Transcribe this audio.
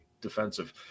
Defensive